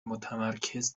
متمرکز